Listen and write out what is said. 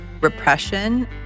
repression